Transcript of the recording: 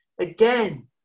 again